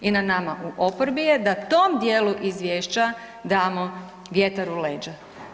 I na nama u oporbi je da tom dijelu izvješća damo vjetar u leđa.